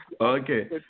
Okay